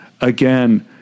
again